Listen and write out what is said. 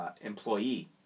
employee